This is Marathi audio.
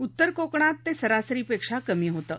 उत्तर कोकणात ते सरासरीपेक्षा कमी होतं